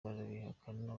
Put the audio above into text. barabihakana